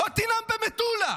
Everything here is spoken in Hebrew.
בוא תנאם במטולה,